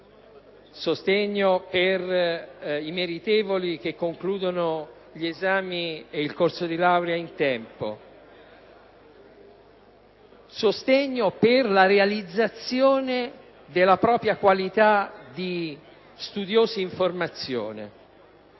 sostegno per i meritevoli che concludono gli esami e il corso di laurea nei tempi previsti, sostegno per la realizzazione della propria qualitadi studiosi in formazione.